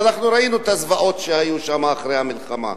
ואנחנו ראינו את הזוועות שהיו שם אחרי המלחמה.